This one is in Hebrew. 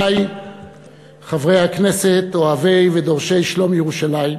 חברי הכנסת אוהבי ודורשי שלום ירושלים,